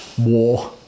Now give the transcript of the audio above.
war